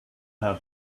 her